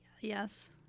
yes